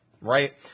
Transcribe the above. right